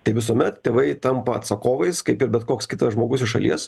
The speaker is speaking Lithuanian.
tai visuomet tėvai tampa atsakovais kaip ir bet koks kitas žmogus iš šalies